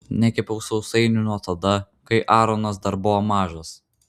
nekepiau sausainių nuo tada kai aronas dar buvo mažas